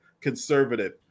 conservative